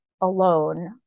alone